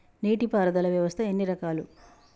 నీటి పారుదల వ్యవస్థ ఎన్ని రకాలు?